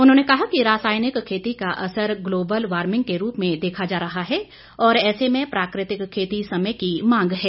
उन्होंने कहा कि रासायनिक खेती का असर ग्लोबल वार्मिंग के रूप में देखा जा रहा है और ऐसे में प्राकृतिक खेती समय की मांग है